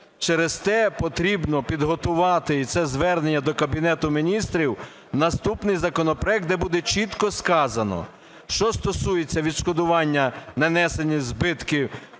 Через те потрібно підготувати, і це звернення до Кабінету Міністрів, наступний законопроект, де буде чітко сказано що стосується відшкодування нанесених збитків